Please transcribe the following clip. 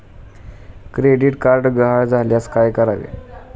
Credit card गहाळ झाल्यास काय करावे?